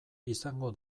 izango